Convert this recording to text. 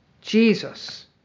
Jesus